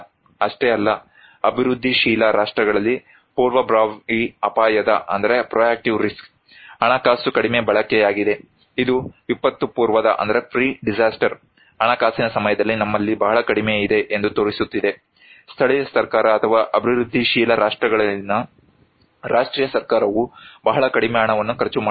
ಅಷ್ಟೇ ಅಲ್ಲ ಅಭಿವೃದ್ಧಿಶೀಲ ರಾಷ್ಟ್ರಗಳಲ್ಲಿ ಪೂರ್ವಭಾವಿ ಅಪಾಯದ ಹಣಕಾಸು ಕಡಿಮೆ ಬಳಕೆಯಾಗಿದೆ ಇದು ವಿಪತ್ತು ಪೂರ್ವದ ಹಣಕಾಸಿನ ಸಮಯದಲ್ಲಿ ನಮ್ಮಲ್ಲಿ ಬಹಳ ಕಡಿಮೆ ಇದೆ ಎಂದು ತೋರಿಸುತ್ತಿದೆ ಸ್ಥಳೀಯ ಸರ್ಕಾರ ಅಥವಾ ಅಭಿವೃದ್ಧಿಶೀಲ ರಾಷ್ಟ್ರಗಳಲ್ಲಿನ ರಾಷ್ಟ್ರೀಯ ಸರ್ಕಾರವು ಬಹಳ ಕಡಿಮೆ ಹಣವನ್ನು ಖರ್ಚು ಮಾಡುತ್ತಿದೆ